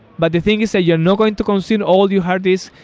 but the thing is that you're not going to consume all your hard disc.